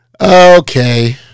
Okay